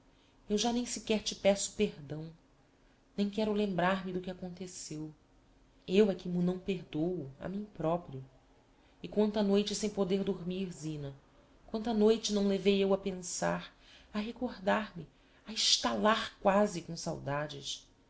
eu já nem sequer te peço perdão nem quero lembrar-me do que aconteceu eu é que m'o não perdôo a mim proprio e quanta noite sem poder dormir zina quanta noite não levei eu a pensar a recordar me a estalar quasi com saudades